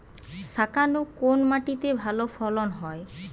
শাকালু কোন মাটিতে ভালো ফলন হয়?